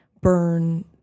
burn